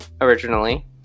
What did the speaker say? originally